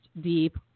deep